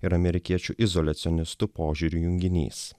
ir amerikiečių izoliacionistų požiūrių junginys